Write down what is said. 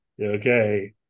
okay